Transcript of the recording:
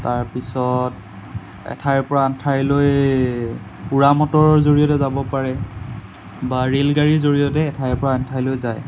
তাৰ পিছত এঠাইৰ পৰা আন ঠাইলৈ উৰা মটৰৰ জৰিয়তে যাব পাৰে বা ৰে'ল গাড়ীৰ জৰিয়তে এঠাইৰ পৰা আনঠাইলৈ যায়